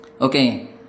okay